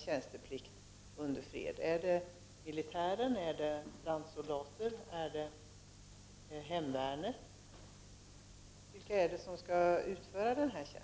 tjänsteplikt under fred. Är det militären, är det brandsoldater, är det hemvärnet — vilka är det som skall utföra den tjänsten?